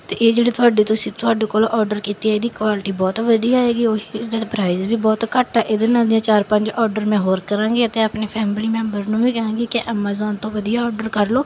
ਅਤੇ ਇਹ ਜਿਹੜੇ ਤੁਹਾਡੇ ਤੁਸੀਂ ਤੁਹਾਡੇ ਕੋਲ ਔਡਰ ਕੀਤੀ ਇਹਦੀ ਕੁਆਲਿਟੀ ਬਹੁਤ ਵਧੀਆ ਆਏਗੀ ਉਹ ਇਹਦਾ ਤਾਂ ਪ੍ਰਾਈਜ਼ ਵੀ ਬਹੁਤ ਘੱਟ ਆ ਇਹਦੇ ਨਾਲ ਦੀਆਂ ਚਾਰ ਪੰਜ ਔਡਰ ਮੈਂ ਹੋਰ ਕਰਾਂਗੀ ਅਤੇ ਆਪਣੇ ਫੈਮਲੀ ਮੈਂਬਰ ਨੂੰ ਵੀ ਕਹਾਂਗੀ ਕਿ ਐਮਾਜੋਨ ਤੋਂ ਵਧੀਆ ਔਡਰ ਕਰ ਲਓ